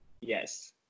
Yes